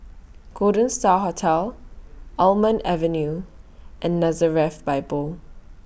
Golden STAR Hotel Almond Avenue and Nazareth Bible